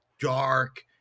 dark